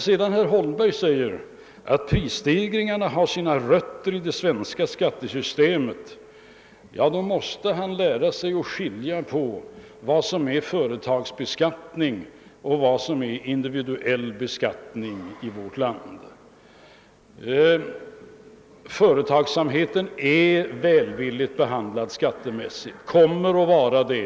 Till herr Holmberg som menar att prisstegringarna har sina rötter i det svenska skattesystemet vill jag säga, att han måste lära sig att skilja på företagsbeskattning och individuell beskattning i vårt land. Företagsamheten är skattemässigt välvilligt behandlad och kommer att vara det.